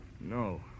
No